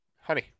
honey